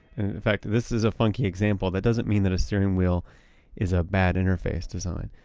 in fact, this is a funky example that doesn't mean that a steering wheel is a bad interface design.